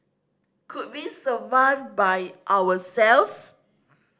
could we survive by ourselves